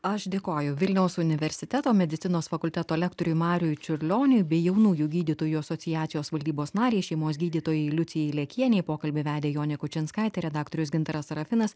aš dėkoju vilniaus universiteto medicinos fakulteto lektoriui marijui čiurlioniui bei jaunųjų gydytojų asociacijos valdybos narei šeimos gydytojai liucijai lekienei pokalbį vedė jonė kučinskaitė redaktorius gintaras sarafinas